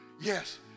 yes